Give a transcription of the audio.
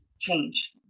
change